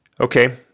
okay